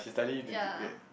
ya